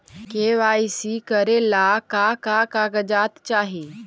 KYC करे ला का का कागजात चाही?